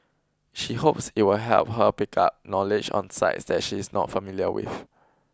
she hopes it will help her pick up knowledge on sites that she is not familiar with